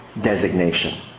designation